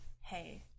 hey